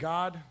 God